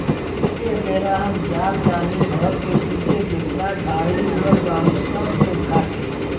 एह बेरा हम जा तानी घर के पीछे जेतना झाड़ी उगल बा ऊ सब के काटे